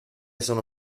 sono